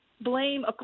blame